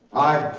aye.